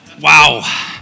Wow